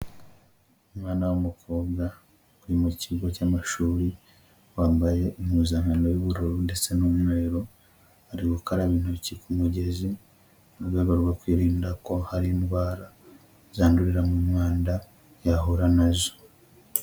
Umwana w'umukobwa, uri mu kigo cy'amashuri, wambaye impuzankano y'ubururu ndetse n'umweru, ari gukaraba intoki ku mugezi, mu rwego rwo kwirinda ko hari indwara, zandurira mu mwanda yahura na zo.